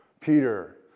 Peter